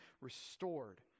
restored